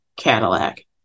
Cadillac